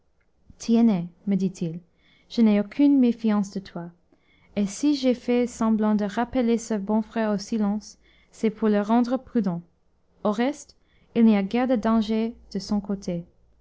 me dit-il je n'ai aucune méfiance de toi et si j'ai fait semblant de rappeler ce bon frère au silence c'est pour le rendre prudent au reste il n'y a guère de danger de son côté